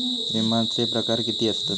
विमाचे प्रकार किती असतत?